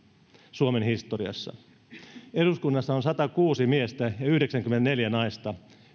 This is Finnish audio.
suomen historiassa eduskunnassa on satakuusi miestä ja yhdeksänkymmentäneljä naista